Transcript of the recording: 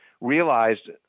realized